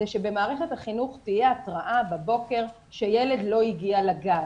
זה שבמערכת החינוך תהיה התראה בבוקר שילד לא הגיע לגן.